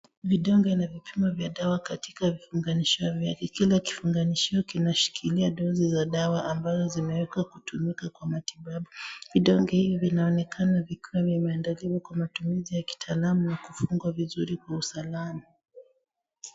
Vidonge na vipimo vya dawa katika vifunganisho vyake. Kila kifunganisho kinashikilia dosi za dawa ambazo zimewekwa kutumika kwa matibabu. Vidonge hivi vinaonekana vikiwa vimeandaliwa kwa matumizi ya kitaalamu na kufungwa vizuri kwa usalama.